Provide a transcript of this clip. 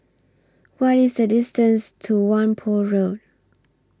What IS The distance to Whampoa Road